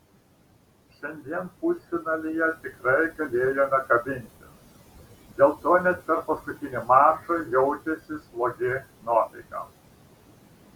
šiandien pusfinalyje tikrai galėjome kabintis dėl to net per paskutinį mačą jautėsi slogi nuotaika